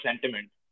sentiment